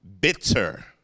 bitter